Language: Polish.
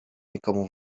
nikomu